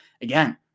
again